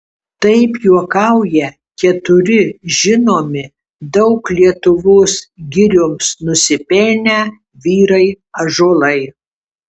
taip juokauja keturi žinomi daug lietuvos girioms nusipelnę vyrai ąžuolai